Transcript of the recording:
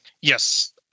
Yes